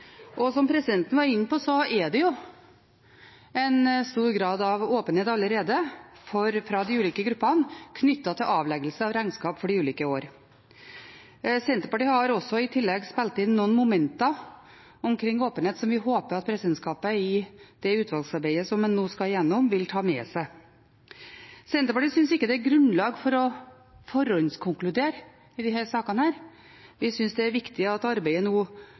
Som presidenten var inne på, er det jo allerede en stor grad av åpenhet fra de ulike gruppene knyttet til avleggelse av regnskap for de ulike år. Senterpartiet har i tillegg spilt inn noen momenter omkring åpenhet som vi håper at presidentskapet vil ta med seg i det utvalgsarbeidet som en nå skal igjennom. Senterpartiet synes ikke det er grunnlag for å forhåndskonkludere i disse sakene. Vi synes det er viktig at arbeidet nå